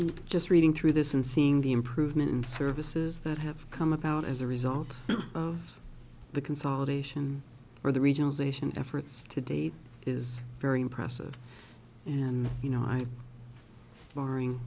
just reading through this and seeing the improvement in services that have come about as a result of the consolidation or the regionalization efforts to date is very impressive and you know i marring